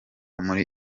muri